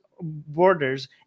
borders